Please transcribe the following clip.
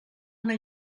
una